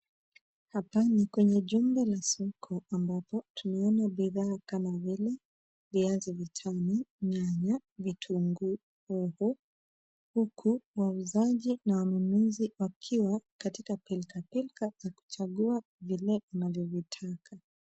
Hapa ni kwenye jumba la soko ambapo tunaona bidhaa kama vile viazi vitamu, nyanya, vitunguu, huku wauzaji na wanunuzi wakiwa katika pilka pilka ya kuchagua vile wanavyovitaka.